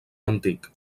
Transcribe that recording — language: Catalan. antic